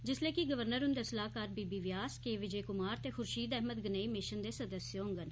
जिसलै के राज्यपाल हुंदे सलाह्कार बी बी व्यास के विजय कुमार ते खुर्शीद अहमद गनेई मिशन दे सदस्य होंगन